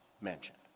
mentioned